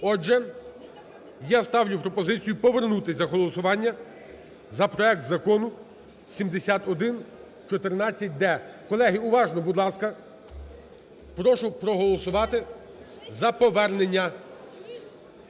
Отже, я ставлю пропозицію повернутися до голосування за проект Закону 7114-д. Колеги, уважно, будь ласка, прошу проголосувати за повернення,